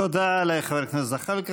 תודה לחבר הכנסת זחאלקה.